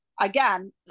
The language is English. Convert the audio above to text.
Again